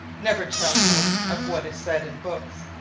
never tell me of what is said in books,